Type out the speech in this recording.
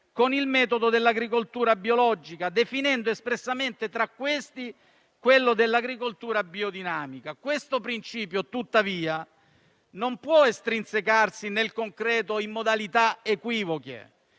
con il metodo dell'agricoltura biologica, definendo espressamente tra questi quello dell'agricoltura biodinamica. Questo principio, tuttavia, non può estrinsecarsi nel concreto in modalità equivoche,